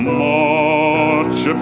march